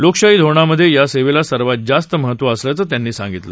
लोकशाही धोरणामध्ये या सेवेला सर्वात जास्त महत्व असल्याचं त्यांनी सांगितलं